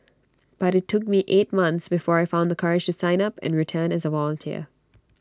but IT took me eight months before I found the courage to sign up and return as A volunteer